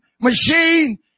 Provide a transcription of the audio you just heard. machine